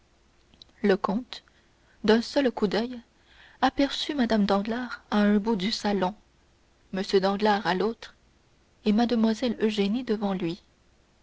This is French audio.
le comte d'un seul coup d'oeil aperçut mme danglars à un bout du salon m danglars à l'autre et mlle eugénie devant lui